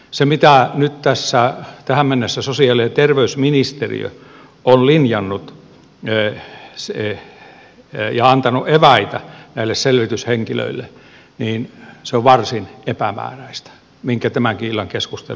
se mitä nyt tässä tähän mennessä sosiaali ja terveysministeriö on linjannut ja antanut eväitä näille selvityshenkilöille on varsin epämääräistä minkä tämänkin illan keskustelu on osoittanut